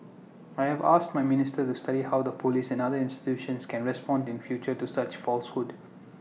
I have asked my ministry to study how the Police and other institutions can respond in future to such falsehoods